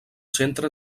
centre